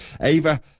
ava